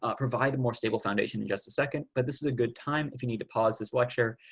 ah provide a more stable foundation in just a second. but this is a good time. if you need to pause this lecture.